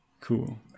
cool